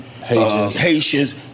Haitians